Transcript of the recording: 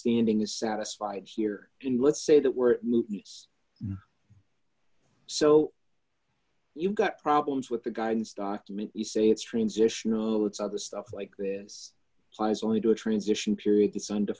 standing is satisfied here in let's say that were moved so you've got problems with the guidance document you say it's transitional it's other stuff like this size only to a transition period to sun to